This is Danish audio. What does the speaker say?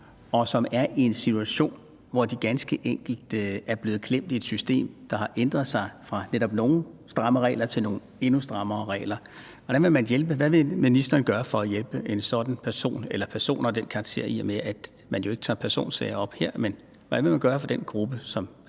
og som er i en situation, hvor hun ganske enkelt er blevet klemt i et system, der har ændret sig fra netop nogle stramme regler til nogle endnu strammere regler? Hvordan vil man hjælpe? Hvad vil ministeren gøre for at hjælpe en sådan person eller personer af den karakter, i og med at man jo ikke tager personsager op her? Men hvad vil man gøre for den gruppe?